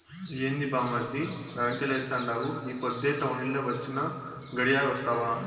ఏంది బామ్మర్ది రంకెలేత్తండావు ఈ పొద్దే టౌనెల్లి వొచ్చినా, గడియాగొస్తావా